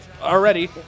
already